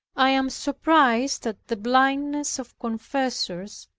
i am surprised at the blindness of confessors,